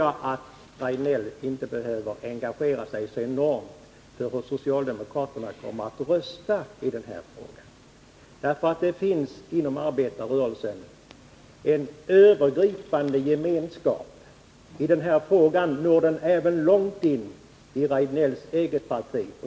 Jag tycker inte heller att Eric Rejdnell behöver engagera sig så enormt beträffande socialdemokraternas röstning i denna fråga. Inom arbetarrörelsen finns det en övergripande gemenskap. I den här frågan finns det stöd för vårt förslag även långt in i Eric Rejdnells eget parti.